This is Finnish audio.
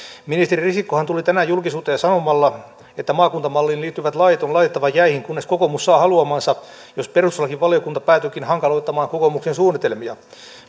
ministeri risikkohan tuli tänään julkisuuteen sanomalla että maakuntamalliin liittyvät lait on laitettava jäihin kunnes kokoomus saa haluamansa jos perustuslakivaliokunta päätyykin hankaloittamaan kokoomuksen suunnitelmia